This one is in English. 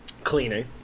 Cleaning